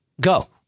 go